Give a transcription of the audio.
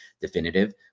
definitive